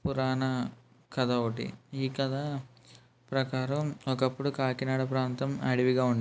పురానా కథ ఒకటి ఈ కథ ప్రకారం ఒకప్పుడు కాకినాడ ప్రాంతం అడివిగా ఉండేది